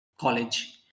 college